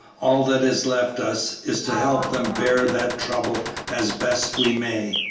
all that is left us is to help them bear that trouble as best we may.